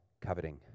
coveting